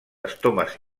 estomes